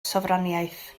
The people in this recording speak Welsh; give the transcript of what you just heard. sofraniaeth